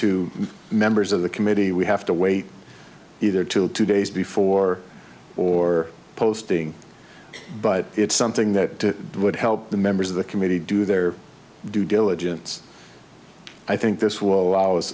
to members of the committee we have to wait either till two days before or posting but it's something that would help the members of the committee do their due diligence i think this will allow us